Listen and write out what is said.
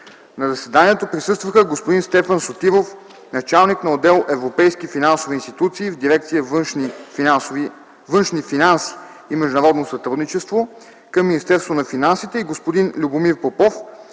На заседанието присъстваха: господин Стефан Сотиров – началник на отдел „Европейски финансови институции” в дирекция „Външни финанси и международно сътрудничество” към Министерството на финансите, и господин Любомир Попов